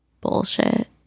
bullshit